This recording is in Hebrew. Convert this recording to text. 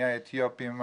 מהאתיופים,